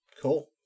Cool